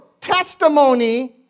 testimony